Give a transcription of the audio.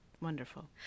wonderful